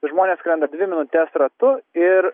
žmonės skrenda dvi minutes ratu ir